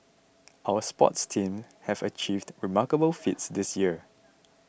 our sports teams have achieved remarkable feats this year